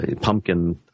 pumpkin